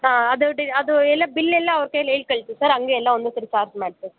ಹಾಂ ಅದು ಡಿ ಅದು ಎಲ್ಲ ಬಿಲ್ ಎಲ್ಲ ಅವ್ರ ಕೈಲಿ ಹೇಳ್ ಕಳಿಸಿ ಸರ್ ಹಂಗೆ ಎಲ್ಲ ಒಂದೇ ಸರಿ ಚಾರ್ಜ್